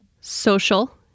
social